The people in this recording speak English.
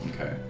Okay